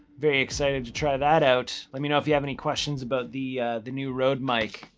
very excited to try that out. let me know if you have any questions about the the new rode mic,